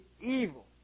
evil